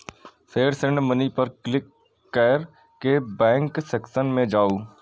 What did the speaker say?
फेर send money पर click कैर के बैंक सेक्शन मे जाउ